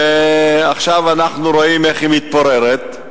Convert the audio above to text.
ועכשיו אנחנו רואים איך היא מתפוררת.